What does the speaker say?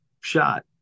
shot